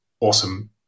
awesome